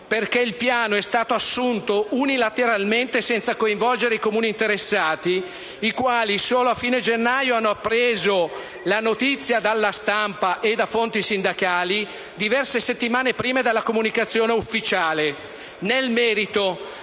perché il piano è stato assunto unilateralmente, senza coinvolgere i Comuni interessati, i quali solo a fine gennaio hanno appreso la notizia dalla stampa e da fonti sindacali, diverse settimane prima della comunicazione ufficiale; nel merito,